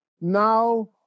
now